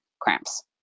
cramps